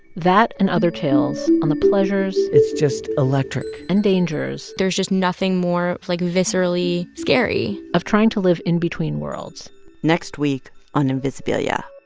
that and other tales on the pleasures. it's just electric. and dangers. there's just nothing more, like, viscerally scary. of trying to live in between worlds next week on invisibilia